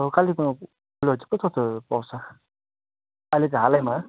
अब कालिम्पोङमा फुलहरू चाहिँ कस्तो कस्तो पाउँछ अहिले चाहिँ हालैमा